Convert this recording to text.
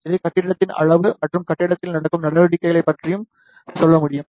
இது கட்டிடத்தின் அளவு மற்றும் கட்டிடத்தில் நடக்கும் நடவடிக்கைகள் பற்றியும் சொல்ல முடியும்